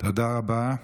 תודה רבה.